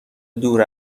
دور